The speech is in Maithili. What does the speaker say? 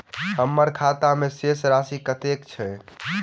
हम्मर खाता मे शेष राशि कतेक छैय?